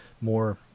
more